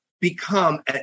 become